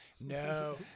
no